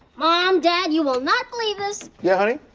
mom, dad, you will not believe this! yeah, honey?